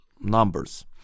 numbers